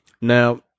Now